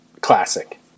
Classic